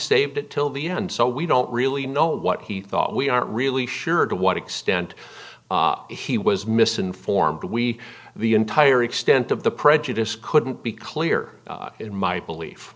saved it till the end so we don't really know what he thought we aren't really sure to what extent he was misinformed we the entire extent of the prejudice couldn't be clear in my belief